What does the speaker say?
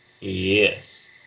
Yes